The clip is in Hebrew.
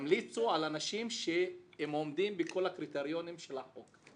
ימליצו על אנשים שהם עומדים בכל הקריטריונים של החוק.